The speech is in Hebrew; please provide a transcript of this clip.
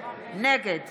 נגד